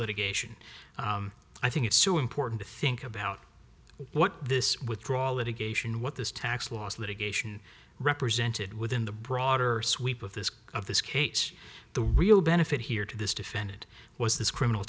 litigation i think it's so important to think about what this withdrawal litigation what this tax loss litigation represented within the broader sweep of this of this case the real benefit here to this defendant was this criminal